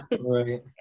right